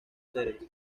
seres